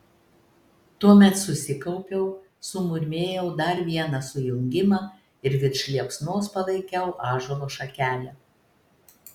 tuomet susikaupiau sumurmėjau dar vieną sujungimą ir virš liepsnos palaikiau ąžuolo šakelę